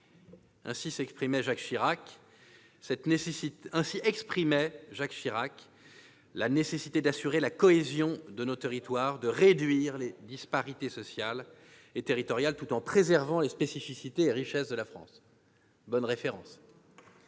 Chirac exprimait cette nécessité d'assurer la cohésion de nos territoires, de réduire les disparités sociales et territoriales tout en préservant les spécificités et les richesses de la France. C'était le